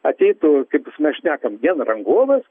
ateitų kaip mes šnekam vien rangovas